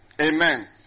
Amen